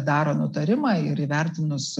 daro nutarimą ir įvertinus